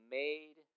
made